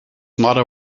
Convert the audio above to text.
mother